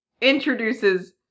introduces